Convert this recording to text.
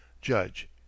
Judge